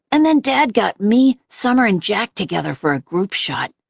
and then dad got me, summer, and jack together for a group shot.